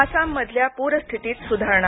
आसाममधल्या पूरस्थितीत सुधारणा